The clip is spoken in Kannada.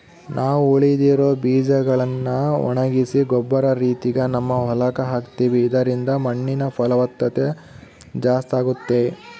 ನಾವು ಉಳಿದಿರೊ ಬೀಜಗಳ್ನ ಒಣಗಿಸಿ ಗೊಬ್ಬರ ರೀತಿಗ ನಮ್ಮ ಹೊಲಕ್ಕ ಹಾಕ್ತಿವಿ ಇದರಿಂದ ಮಣ್ಣಿನ ಫಲವತ್ತತೆ ಜಾಸ್ತಾಗುತ್ತೆ